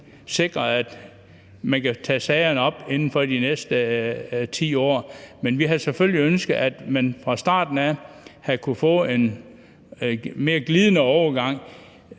sikret, at man kan tage sagerne op inden for de næste 10 år. Men vi havde selvfølgelig ønsket, at vi fra starten af havde kunnet få en mere glidende overgang